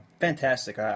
fantastic